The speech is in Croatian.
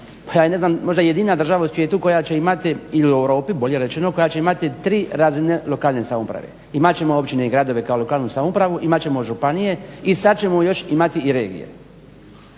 možda jedina država u svijetu koja će imati ili u Europi bolje rečeno, koja će imati tri razine lokalne samouprave, imat ćemo općine i gradove kao lokalnu samoupravu, imat ćemo županije i sad ćemo još imati i regije